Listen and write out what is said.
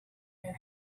her